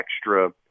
extra